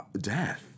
death